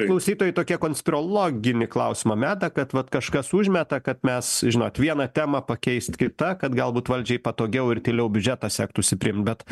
klausytojai tokie konspiraloginį klausimą meta kad vat kažkas užmeta kad mes žinot vieną temą pakeist kita kad galbūt valdžiai patogiau ir tyliau biudžetą sektųsi priimt bet